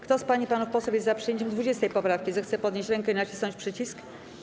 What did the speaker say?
Kto z pań i panów posłów jest za przyjęciem 20. poprawki, zechce podnieść rękę i nacisnąć przycisk.